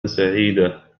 سعيدة